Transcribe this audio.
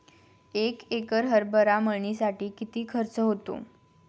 एक एकर हरभरा मळणीसाठी किती खर्च होतो?